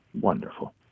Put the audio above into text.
Wonderful